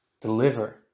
deliver